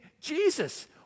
Jesus